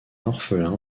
orphelin